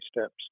steps